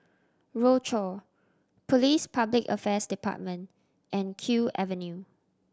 Rochor Police Public Affairs Department and Kew Avenue